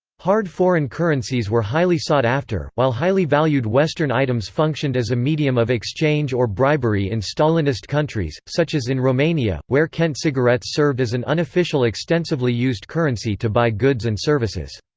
hard foreign currencies were highly sought after, while highly valued western items functioned as a medium of exchange or bribery in stalinist countries, such as in romania, where kent cigarettes served as an unofficial extensively used currency to buy goods and services.